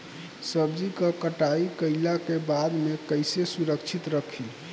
सब्जी क कटाई कईला के बाद में कईसे सुरक्षित रखीं?